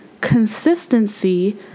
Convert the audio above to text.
Consistency